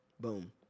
Boom